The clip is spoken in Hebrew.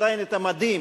עדיין את המדים,